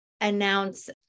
announce